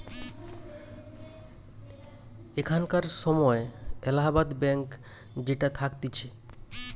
এখানকার সময় এলাহাবাদ ব্যাঙ্ক যেটা থাকতিছে